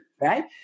right